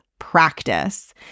practice